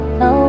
no